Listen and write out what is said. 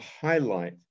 highlight